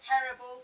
terrible